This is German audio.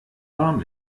warm